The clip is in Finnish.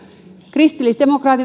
kristillisdemokraatit ovat